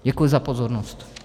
Děkuji za pozornost.